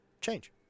Change